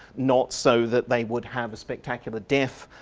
not so that they would have a spectacular death,